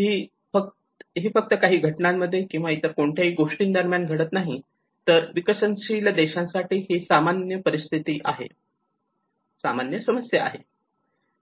ही फक्त काही घटनांमध्ये किंवा इतर कोणत्याही गोष्टी दरम्यान घडत नाही तर विकसनशील देशासाठी हि सामान्य समस्या आहे